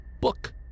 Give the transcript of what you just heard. book